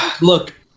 Look